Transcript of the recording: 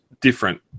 different